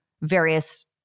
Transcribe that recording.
various